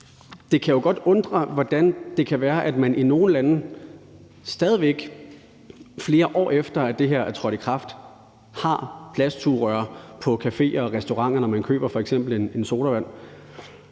det godt kan undre, hvordan det kan være, at man i nogle lande stadig væk – flere år efter at det her er trådt i kraft – har plastsugerør på caféer og restauranter, når man køber f.eks. en sodavand.